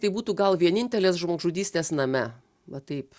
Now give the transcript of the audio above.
tai būtų gal vienintelės žmogžudystės name va taip